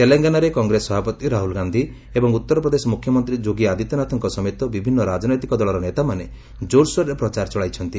ତେଲଙ୍ଗାନାରେ କଂଗ୍ରେସ ସଭାପତି ରାହ୍ରଲ୍ ଗାନ୍ଧି ଏବଂ ଉତ୍ତର ପ୍ରଦେଶ ମୁଖ୍ୟମନ୍ତ୍ରୀ ଯୋଗୀ ଆଦିତ୍ୟନାଥଙ୍କ ସମେତ ବିଭିନ୍ନ ରାଜନୈତିକ ଦଳର ନେତାମାନେ ଜୋର୍ସୋର୍ରେ ପ୍ରଚାର ଚଳାଇଛନ୍ତି